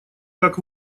как